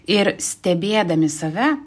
ir stebėdami save